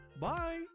bye